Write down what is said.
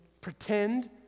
pretend